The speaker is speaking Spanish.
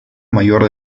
mayor